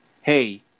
hey